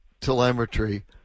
telemetry